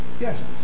yes